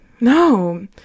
no